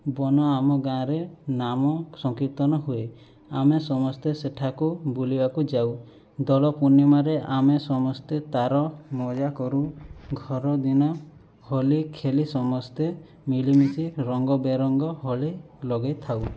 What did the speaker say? ବନ ଆମ ଗାଁରେ ନାମ ସଂକୀର୍ତ୍ତନ ହୁଏ ଆମେ ସମସ୍ତେ ସେଠାକୁ ବୁଲିବାକୁ ଯାଉ ଦୋଳପୂର୍ଣ୍ଣିମାରେ ଆମେ ସମସ୍ତେ ତା'ର ମଜା କରୁ ଘର ଦିନ ହୋଲି ଖେଳି ସମସ୍ତେ ମିଳିମିଶି ରଙ୍ଗ ବେରଙ୍ଗ ହୋଲି ଲଗାଇଥାଉ